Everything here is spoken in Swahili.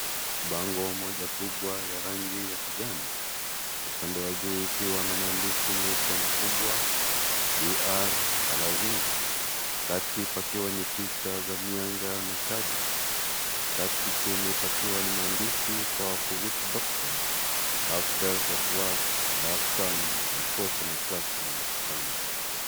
Bango moja kubwa ya rangi ya kijani, upande wa juu ikiwa na maandishi meupe makubwa, D R Ngalanzinga, kati pakiwa ni picha za mianga na kadi, kari chini pakiwa ni maandishi (cs)powerful witch doctor, love spells at work, love charms and possion attraction charms(cs).